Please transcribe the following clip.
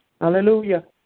Hallelujah